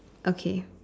okay